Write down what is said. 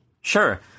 Sure